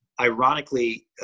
ironically